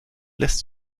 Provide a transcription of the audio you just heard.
lässt